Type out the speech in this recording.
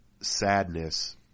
sadness